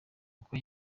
kuko